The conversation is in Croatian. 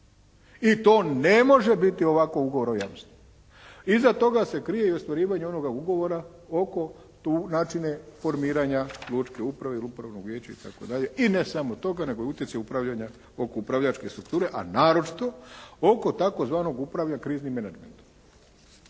i to ne može biti ovako ugovor o jamstvu. Iza toga se krije i ostvarivanje onoga ugovora oko tu načine formiranja lučke uprave i upravnog vijeća itd. i ne samo toga, nego utjecaj upravljanja oko upravljačke strukture a naročito oko tzv. upravljanja kriznim menadžmentom.